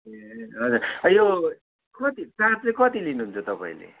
ए होइन यो कति चार्ज चाहिँ कति लिनुहुन्छ तपाईँले